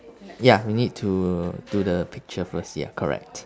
ya we need to do the picture first ya correct